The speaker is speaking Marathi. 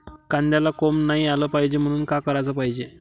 कांद्याला कोंब नाई आलं पायजे म्हनून का कराच पायजे?